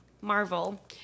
Marvel